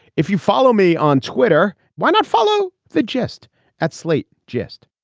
if you follow me on twitter. why not follow the gist at slate gist?